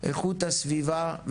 איכות הסביבה,